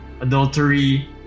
adultery